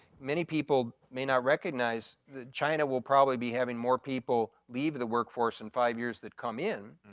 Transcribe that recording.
many people may not recognize that china will probably be having more people leave the workforce in five years that come in,